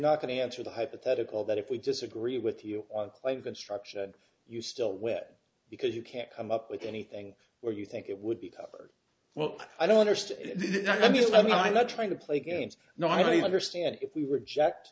not going to answer the hypothetical that if we disagree with you like construction you still wet because you can't come up with anything where you think it would be covered well i don't understand you i mean i'm not trying to play games no i don't understand if we were jacked